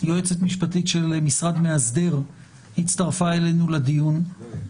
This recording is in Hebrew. יועצת משפטית של משרד מאסדר הצטרפה אלינו לדיון.